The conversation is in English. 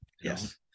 Yes